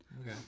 okay